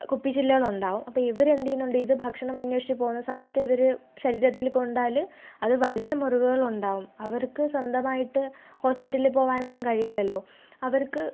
കുപ്പിച്ചില്ലുകൾ ഉണ്ടാവും അപ്പോൾ ഇവരെന്ത് ചെയ്യുന്നുണ്ട് ഇത് ഭക്ഷണം അന്വേഷിച്ച് പോവുന്ന സമയത്ത് ഇവർ ശരീരത്തിൽ കൊണ്ടാൽ അത് വലിയ മുറിവുകളുണ്ടാവും അവർക്ക് സ്വന്തമായിട്ട് ഹോസ്പിറ്റലിൽ പോവാനൊന്നും കഴിയില്ലല്ലോ അവർക്ക്